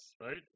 right